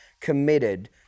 committed